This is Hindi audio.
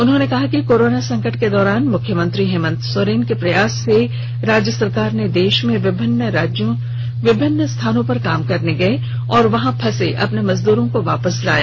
उन्होंने कहा कि कोरोना संकट के दौरान मुख्यमंत्री हेमंत सोरेन के प्रयास से सरकार ने देश में विभिन्न स्थानों पर काम करने गये और वहां फंसे अपने मजदूरों को वापस लाया